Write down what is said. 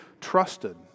trusted